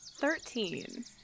Thirteen